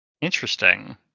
Interesting